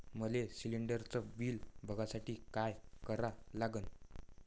मले शिलिंडरचं बिल बघसाठी का करा लागन?